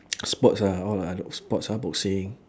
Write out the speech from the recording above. sports ah all oth~ sports ah boxing